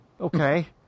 Okay